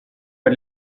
per